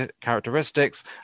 characteristics